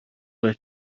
were